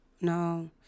no